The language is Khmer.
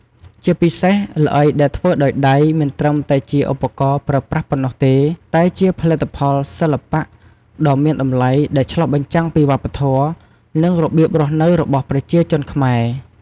ជាពិសេស ល្អីដែលធ្វើដោយដៃ មិនត្រឹមតែជាឧបករណ៍ប្រើប្រាស់ប៉ុណ្ណោះទេ តែជាផលិតផលសិល្បៈដ៏មានតម្លៃដែលឆ្លុះបញ្ចាំងពីវប្បធម៌ និងរបៀបរស់នៅរបស់ប្រជាជនខ្មែរ។